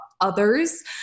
others